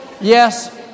yes